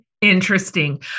interesting